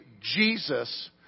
Jesus